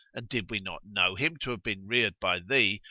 and did we not know him to have been reared by thee,